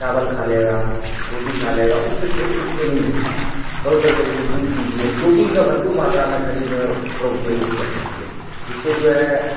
चावल खा लेगा रोटी खा लेगा उससे छोड़ो उससे नहीं होता है दौड़ करके आइए दूध पीजिए प्रोटीन का भरपूर मात्रा में शरीर में वो प्रो प्रयोग किया कीजिए जिससे जो है